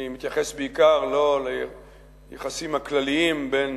אני מתייחס בעיקר לא ליחסים הכלליים בין